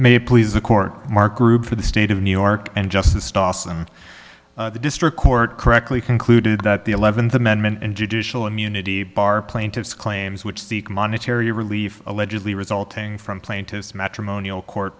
it please the court mark group for the state of new york and justice toss and the district court correctly concluded that the eleventh amendment and judicial immunity bar plaintiff's claims which seek monetary relief allegedly resulting from plaintiff's matrimonial court